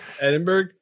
Edinburgh